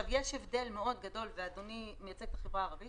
יש הבדל מאוד גדול ואדוני מייצג את החברה הערבית